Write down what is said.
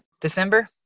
December